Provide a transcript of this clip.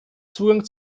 zugang